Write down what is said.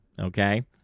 Okay